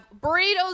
burritos